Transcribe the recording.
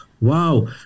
Wow